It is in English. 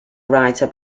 writer